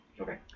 Okay